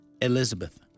Elizabeth